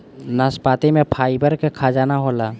नाशपाती में फाइबर के खजाना होला